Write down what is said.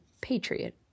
Patriot